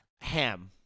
ham